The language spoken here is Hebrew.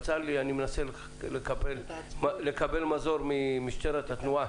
בצר לי אני מנסה לקבל מזור ממשטרת התנועה.